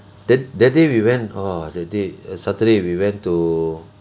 that that day we went !wah! the day uh saturday we went to